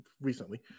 recently